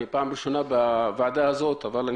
אני פעם ראשונה בוועדה הזו אבל אני